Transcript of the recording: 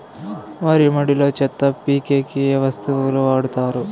వరి మడిలో చెత్త పీకేకి ఏ వస్తువులు వాడుతారు?